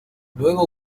luego